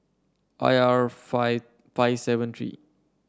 I R five five seven three